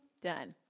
Done